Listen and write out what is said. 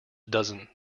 dozen